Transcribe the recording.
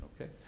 okay